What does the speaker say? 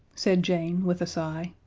said jane, with a sigh.